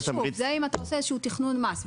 זה אם אתה עושה איזה שהוא תכנון מס,